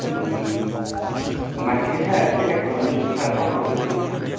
उम नोंथाङा मानसिखौ सारा सेलेक्ट खालामदो सारा सायख'दो नोंथाङा